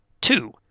Two